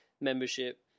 membership